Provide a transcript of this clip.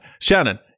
Shannon